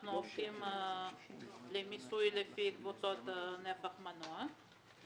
אנחנו הולכים למיסוי לפי קבוצות נפח מנוע.